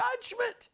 judgment